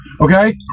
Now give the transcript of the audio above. Okay